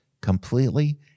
completely